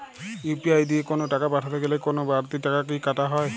UPI দিয়ে কোন টাকা পাঠাতে গেলে কোন বারতি টাকা কি কাটা হয়?